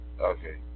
okay